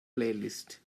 playlist